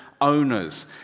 owners